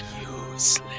Useless